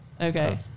Okay